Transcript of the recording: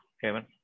Kevin